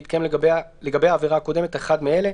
והתקיים לגבי העבירה הקודמת אחד מאלה: